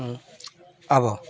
ᱦᱮᱸ ᱟᱵᱚ